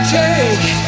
take